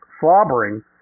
slobbering